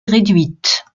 réduite